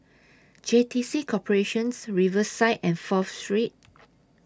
J T C Corporations Riverside and Fourth Street